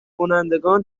کنندگان